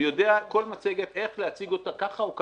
אני יודע כל מצגת איך להציג אותה, ככה או ככה.